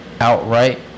outright